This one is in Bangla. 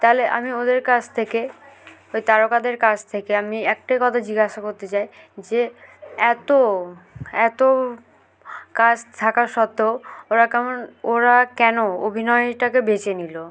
তাহলে আমি ওদের কাছ থেকে ওই তারকাদের কাছ থেকে আমি একটাই কথা জিজ্ঞাসা করতে চাই যে এত এত কাজ থাকা সত্ত্বেও ওরা কেমন ওরা কেন অভিনয়টাকে বেছে নিল